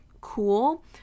cool